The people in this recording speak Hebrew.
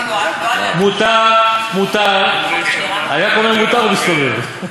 מותר, מותר, אני רק אומר מותר והוא מסתובב.